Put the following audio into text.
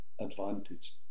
advantage